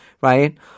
right